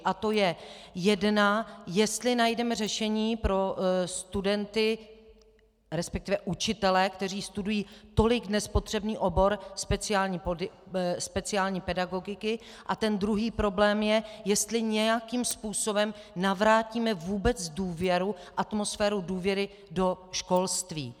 A to je jedna, jestli najdeme řešení pro studenty, resp. učitele, kteří studují tolik dnes potřebný obor speciální pedagogiky, a ten druhý problém je, jestli nějakým způsobem navrátíme vůbec důvěru, atmosféru důvěry do školství.